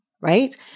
right